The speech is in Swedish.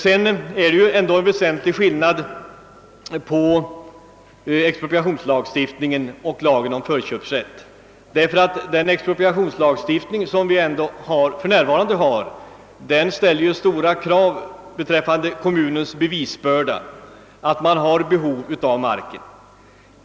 Vidare är det ändå en väsentlig skillnad mellan expropriationslagstiftningen och lagen om förköpsrätt, eftersom den expropriationslagstiftning som vi för närvarande har lägger en stor bevisbörda på kommunen när den skall styrka sitt behov av marken.